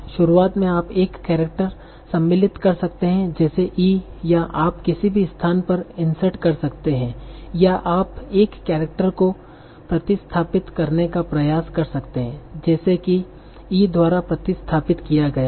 शुरुआत में आप एक केरेक्टर सम्मिलित कर सकते हैं जैसे e या आप किसी भी स्थान पर इन्सर्ट कर सकते हैं या आप एक केरेक्टर को प्रतिस्थापित करने का प्रयास कर सकते हैं जैसे कि e द्वारा प्रतिस्थापित किया गया है